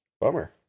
Bummer